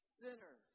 sinner